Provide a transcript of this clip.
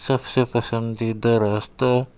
سب سے پسندیدہ راستہ